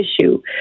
issue